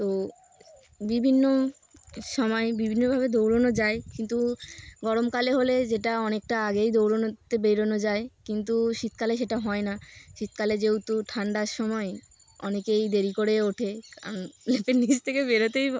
তো বিভিন্ন সময় বিভিন্নভাবে দৌড়নো যায় কিন্তু গরমকালে হলে যেটা অনেকটা আগেই দৌড়নোতে বেরোনো যায় কিন্তু শীতকালে সেটা হয় না শীতকালে যেহেতু ঠান্ডার সময় অনেকেই দেরি করে ওঠে কারণ লেপের নিচ থেকে বেরোতেই পারে